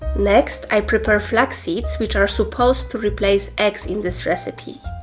next i prepare flax seeds which are supposed to replace eggs in this recipe